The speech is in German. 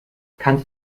kannst